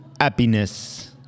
happiness